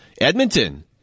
Edmonton